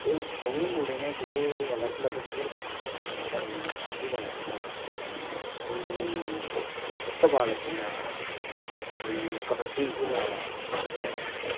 केईं मुड़े न जेह्ड़े अलग अलग खेल पसंद करदे न कोई वालीबॉल खेल्ला दा कोई फुटबाल खेल्ला दा कोई कबड्डी खेल्ला दा